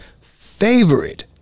favorite